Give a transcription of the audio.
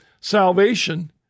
salvation